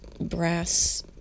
brass